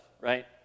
right